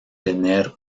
tener